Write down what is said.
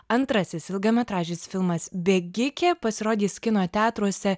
antrasis ilgametražis filmas bėgikė pasirodys kino teatruose